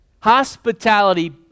Hospitality